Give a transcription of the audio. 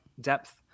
depth